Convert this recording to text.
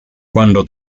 cuando